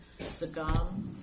Sagam